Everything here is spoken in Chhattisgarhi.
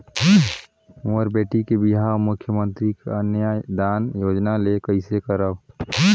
मोर बेटी के बिहाव मुख्यमंतरी कन्यादान योजना ले कइसे करव?